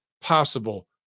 possible